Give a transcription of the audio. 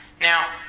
Now